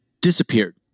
disappeared